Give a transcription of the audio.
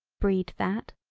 breed that.